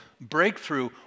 breakthrough